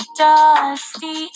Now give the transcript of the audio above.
dusty